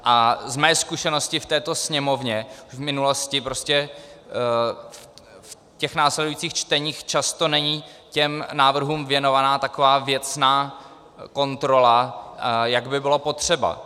A z mé zkušenosti v této Sněmovně v minulosti prostě v následujících čteních často není těm návrhům věnována taková věcná kontrola, jak by bylo potřeba.